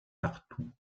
partout